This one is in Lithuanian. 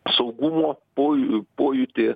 saugumo pojū pojūtį